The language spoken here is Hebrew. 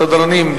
סדרנים,